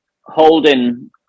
holding